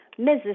Mrs